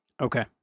Okay